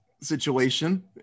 situation